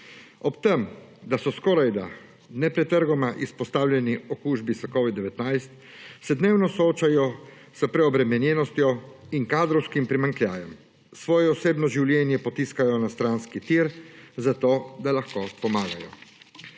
Ob trem da so skorajda nepretrgoma izpostavljeni okužbi s covid-19, se dnevno soočajo s preobremenjenostjo in kadrovskim primanjkljajem, svoje osebno življenje potiskajo na stranski tir, zato da lahko pomagajo.